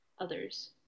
others